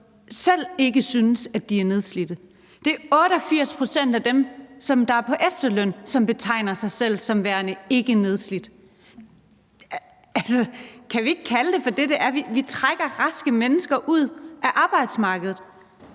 selv ikke synes, at de er nedslidte. Det er 88 pct. af dem, som er på efterløn, som betegner sig selv som værende ikkenedslidt. Altså, kan vi ikke kalde det for det, det er? Vi trækker raske mennesker ud af arbejdsmarkedet,